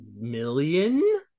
million